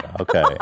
Okay